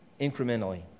incrementally